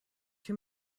too